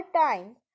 time